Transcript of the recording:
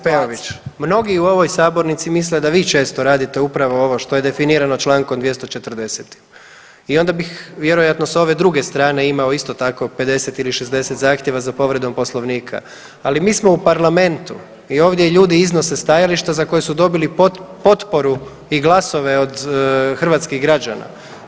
Kolegice Peović, mnogi u ovoj sabornici misle da vi često radite upravo ovo što je definirano čl. 240. i onda bih vjerojatno s ove druge strane imao isto tako 50 ili 60 zahtjeva za povredom Poslovnika, ali mi smo u parlamentu i ovdje ljudi iznose stajališta za koja su dobili potporu i glasove od hrvatskih građana.